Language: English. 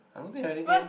I don't think anything